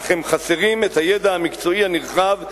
אך הם חסרים את הידע המקצועי הנרחב,